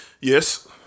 Yes